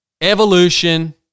evolution